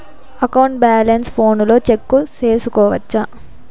account balance ఫోనులో check సేసుకోవచ్చా